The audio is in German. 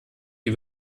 die